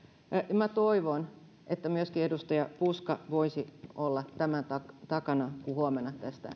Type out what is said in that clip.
minä toivon että myöskin edustaja puska voisi olla tämän takana kun huomenna tästä